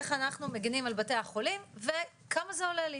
איך אנחנו מגנים על בתי החולים וכמה זה עולה לי.